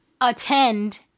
attend